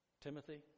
Timothy